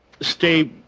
stay